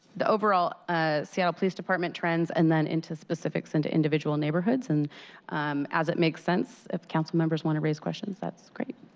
the overall ah seattle police department trends and then into specifics and individual neighborhoods. and as it makes sense if council members want to raise questions, that's great.